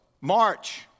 March